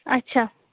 اچھا